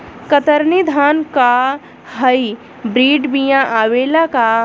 कतरनी धान क high breed बिया आवेला का?